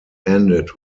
ended